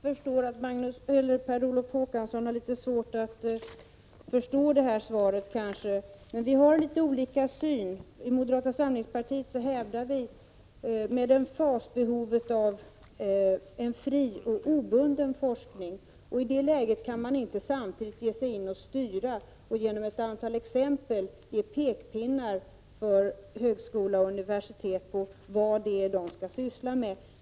Herr talman! Jag förstår att Per Olof Håkansson har svårt att förstå mitt svar — vi har litet olika syn. I moderata samlingspartiet hävdar vi med emfas behovet av en fri och obunden forskning, och då kan man inte samtidigt ge sig in och styra och genom ett antal exempel ge högskola och universitet pekpinnar när det gäller vad de skall syssla med.